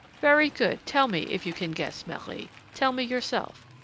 very good! tell me, if you can guess, marie tell me yourself,